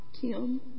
Kim